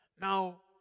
Now